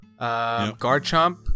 Garchomp